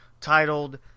titled